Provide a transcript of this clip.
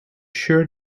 sure